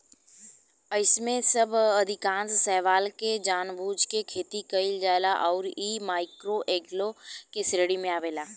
एईमे से अधिकांश शैवाल के जानबूझ के खेती कईल जाला अउरी इ माइक्रोएल्गे के श्रेणी में आवेला